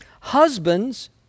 husbands